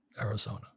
Arizona